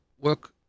work